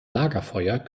lagerfeuer